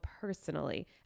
personally